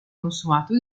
consumato